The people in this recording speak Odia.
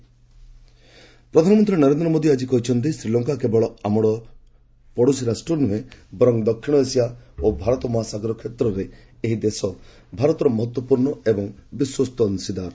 ଏସ୍ଏଲ୍ ଆମ୍ଭୁଲାନ୍ସ ସର୍ଭିସ୍ ପ୍ରଧାନମନ୍ତ୍ରୀ ନରେନ୍ଦ୍ର ମୋଦି ଆଜି କହିଛନ୍ତି ଶ୍ରୀଲଙ୍କା କେବଳ ଆମର ପଡ଼ୋଶୀ ରାଷ୍ଟ୍ର ନୂହେଁ ବରଂ ଦକ୍ଷିଣ ଏସିଆ ଓ ଭାରତ ମହାସାଗର କ୍ଷେତ୍ରରେ ଏହି ଦେଶ ଭାରତର ମହତ୍ୱପୂର୍ଣ୍ଣ ଏବଂ ବିଶ୍ୱସ୍ତ ଅଂଶୀଦାର